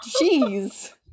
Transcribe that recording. Jeez